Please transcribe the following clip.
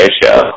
show